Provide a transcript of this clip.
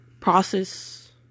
process